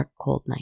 darkcoldnight